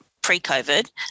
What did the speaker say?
pre-COVID